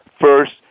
First